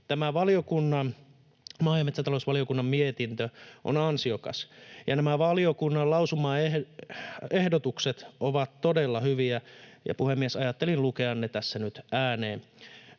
Tämä maa- ja metsätalousvaliokunnan mietintö on ansiokas, ja nämä valiokunnan lausumaehdotukset ovat todella hyviä, ja, puhemies, ajattelin lukea ne tässä nyt ääneen.